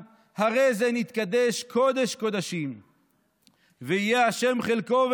שנאמר: בירך ה' חילו,